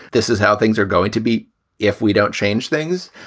this is how things are going to be if we don't change things.